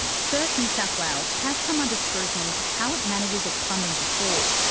surf new south wales has come under scrutiny for how it manages its funding before.